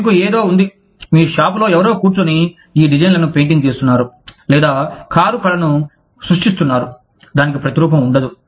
మీకు ఏదో ఉంది మీ షాపులో ఎవరో కూర్చొని ఈ డిజైన్లను పెయింటింగ్ చేస్తున్నారు లేదా కారు కళను సృష్టిస్తున్నారు దానికి ప్రతిరూపం ఉండదు